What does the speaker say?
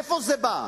מאיפה זה בא?